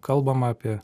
kalbama apie